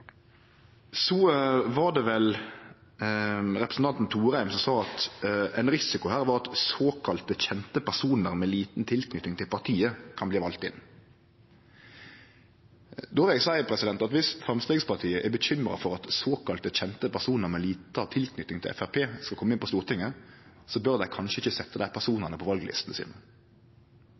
Det var vel representanten Thorheim som sa at ein risiko her er at såkalla kjende personar med lita tilknyting til partiet kan bli valde inn. Då vil eg seie at om Framstegspartiet er bekymra for at såkalla kjende personar med lita tilknyting til Framstegspartiet skal kome inn på Stortinget, bør dei kanskje ikkje setje dei personane på vallistene sine.